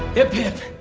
hip, hip!